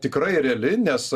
tikrai reali nes